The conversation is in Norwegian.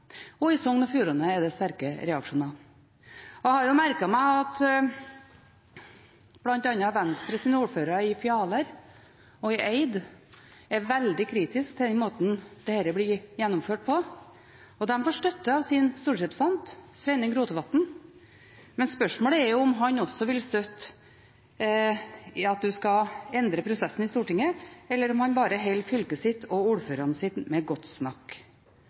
og i Sogn og Fjordane er det sterke reaksjoner. Og jeg har merket meg at bl.a. Venstres ordførere i Fjaler og på Eid er veldig kritiske til den måten dette blir gjennomført på. De får støtte av sin stortingsrepresentant, Sveinung Rotevatn, men spørsmålet er om han også i Stortinget vil støtte at en skal endre prosessen, eller om han bare holder fylket sitt og ordførerne sine med godt snakk.